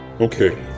Okay